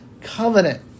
covenant